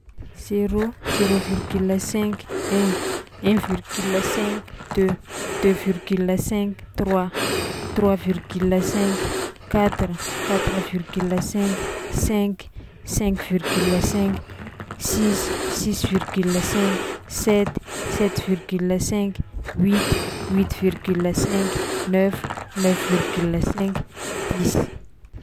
Zéro, zéro virgule cinq, un, un virgule cinq, deux, deux virgule cinq, trois, trois virgule cinq, quatre, quatre virgule cinq, cinq, cinq virgule cinq, six, six virgule cinq, sept, sept virgule cinq, huit, huit virgule cinq, neuf, neuf virgule cinq, dix.